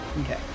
Okay